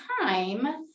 time